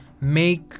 make